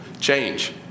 change